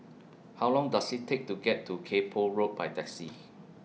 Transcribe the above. How Long Does IT Take to get to Kay Poh Road By Taxi